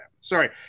sorry